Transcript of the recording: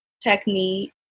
technique